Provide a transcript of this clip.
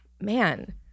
man